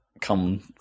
come